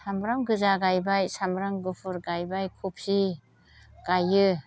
सामब्राम गोजा गायबाय सामब्राम गुफुर गायबाय क'फि गाइयो